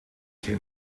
can